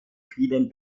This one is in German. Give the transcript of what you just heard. vielen